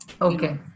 Okay